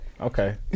Okay